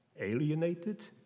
alienated